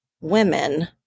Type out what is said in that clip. women